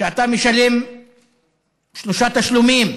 ואתה משלם שלושה תשלומים,